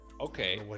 Okay